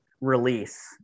release